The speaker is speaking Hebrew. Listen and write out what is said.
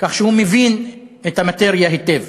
כך שהוא מבין את המאטריה היטב.